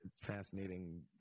fascinating